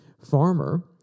Farmer